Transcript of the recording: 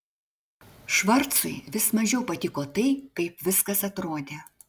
švarcui vis mažiau patiko tai kaip viskas atrodė